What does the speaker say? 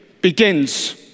begins